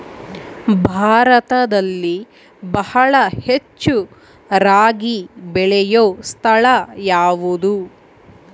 ಭಾರತದಲ್ಲಿ ಬಹಳ ಹೆಚ್ಚು ರಾಗಿ ಬೆಳೆಯೋ ಸ್ಥಳ ಯಾವುದು?